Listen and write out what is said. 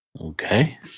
Okay